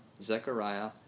Zechariah